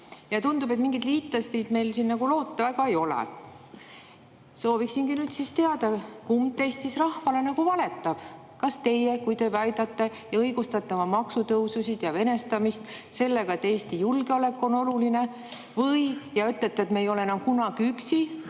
Ja tundub, et mingeid liitlasi meil siin nagu loota väga ei ole. Sooviksingi nüüd teada, kumb teist siis rahvale valetab. Kas teie, kui te väidate ja õigustate oma maksutõususid ja venestamist sellega, et Eesti julgeolek on oluline, ja ütlete, et me ei ole enam kunagi üksi,